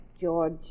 George